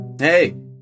Hey